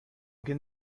can